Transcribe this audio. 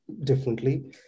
differently